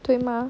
对吗